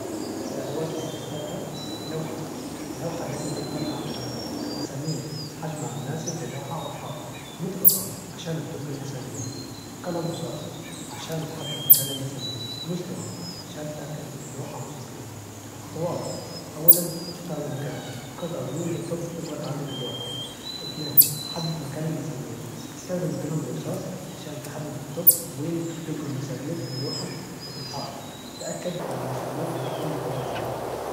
الأدوات إللي تحتاجها: لوحة اللوحة التي تبغى تعلقها، مسامير حجمه مناسب للوحة والحائط، مطرقة عشان تدرج المسامير، قلم رصاص عشان تحدد مكان المسامير، مستوى عشان تتأكد إن اللوحة مستقيمة، الخطوات: أولا اختار المكان، قرر وين بالضبط تبغى تعلق اللوحة؟ اثنان حدد مكان المسامير استخدم الجلم الرصاص عشان تحدد بالضبط وين بتدج المسامير في اللوحة وفي الحائط؟ تأكد أن المسامير بتكون متوازية.